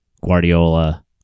Guardiola